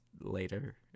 later